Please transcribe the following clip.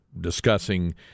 discussing